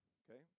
okay